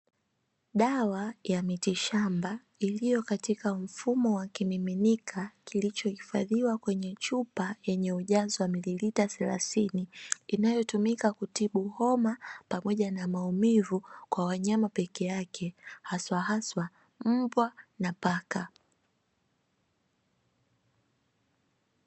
Dawa ya mitishamba, iliyokatika mfumo wa kioevu na kuhifadhiwa kwenye chupa yenye ujazo wa mililita thelathini, inayotumika kutibu homa pamoja na maumivu kwa wanyama, hasa hasa mbwa na paka.